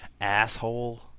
asshole